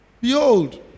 Behold